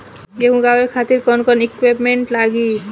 गेहूं उगावे खातिर कौन कौन इक्विप्मेंट्स लागी?